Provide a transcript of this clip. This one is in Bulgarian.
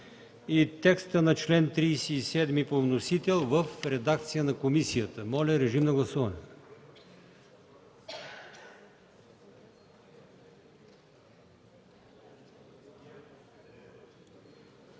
и текста на чл. 37 по вносител в редакцията на комисията. Моля, режим на гласуване.